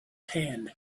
hand